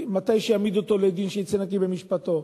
מתי שיעמידו אותו לדין, שיצא נקי במשפטו.